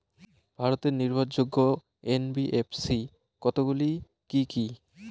ভারতের নির্ভরযোগ্য এন.বি.এফ.সি কতগুলি কি কি?